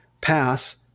pass